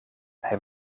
hij